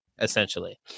essentially